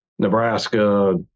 Nebraska